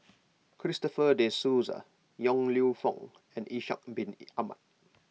Christopher De Souza Yong Lew Foong and Ishak Bin Ahmad